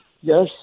yes